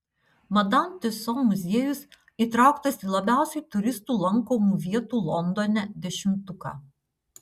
madam tiuso muziejus įtrauktas į labiausiai turistų lankomų vietų londone dešimtuką